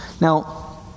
Now